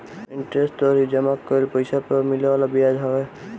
interest तोहरी जमा कईल पईसा पअ मिले वाला बियाज हवे